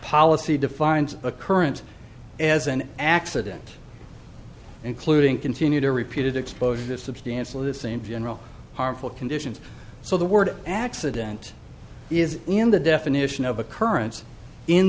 policy defines occurrence as an accident including continue to repeated exposure to substantially the same general harmful conditions so the word accident is in the definition of occurrence in